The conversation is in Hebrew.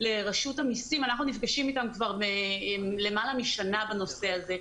אנחנו נפגשים אתם כבר למעלה משנה בנושא הזה,